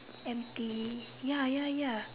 empty ya ya ya